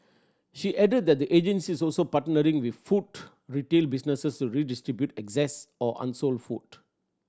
she added that the agency is also partnering with food retail businesses to redistribute excess or unsold food